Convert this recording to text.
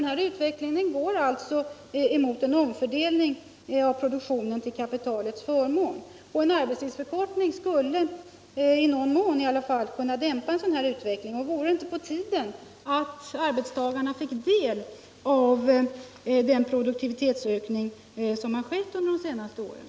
Denna utveckling går alltså mot en omfördelning av produktionen till kapitalets förmån. En arbetstidsförkortning skulle i varje fall i någon mån kunna dämpa en sådan utveckling. Vore det inte på tiden att arbetstagarna fick del av den produktivitetsökning som skett under de senaste åren?